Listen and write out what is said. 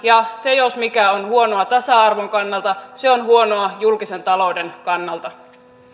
ja se jos mikä on huonoa tasa arvon kannalta se on huonoa julkisen talouden kannalta